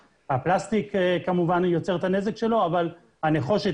הפלסטיק כמובן יוצר את הנזק שלו אבל הנחושת,